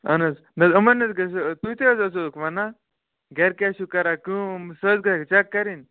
اَہن حظ نَہ حظ یِمن گَژھہِ تُہۍ تہِ حظ ٲزہُکھ وَنان گَرِ کیٛاہ چھُو کَران کٲم سۄ حظ گَژھکھ چیٚک کَرٕنۍ